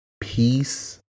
peace